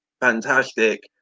fantastic